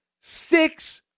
six